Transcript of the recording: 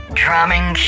drumming